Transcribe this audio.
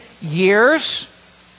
years